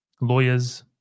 lawyers